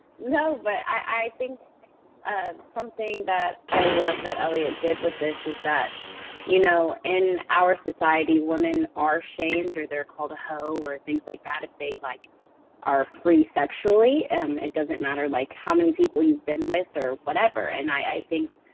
but i think and something that i love that eliot did with this, is that you know in our society women are shamed or they're called a hoe or things like that if they like are free, sexually. um it doesn't matter like how many people you've been with or whatever. and i think